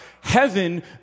heaven